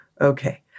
okay